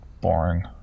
Boring